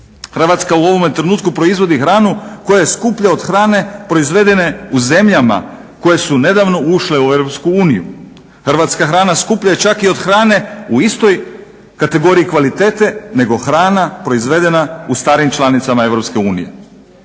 Hrvatska u ovome trenutku proizvodi hranu koja je skupljija od hrane proizvedene u zemljama koje su nedavno ušle u EU. Hrvatska hrana skupljija je čak i od hrane u istoj kategoriji kvalitete nego hrana proizvedena u starijim članicama EU.